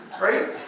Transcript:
right